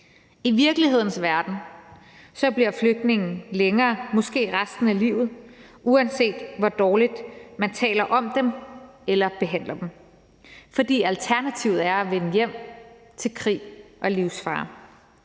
I virkelighedens verden bliver flygtninge længere, måske resten af livet, uanset hvor dårligt man taler om dem eller behandler dem, for alternativet er at vende hjem til krig og livsfare.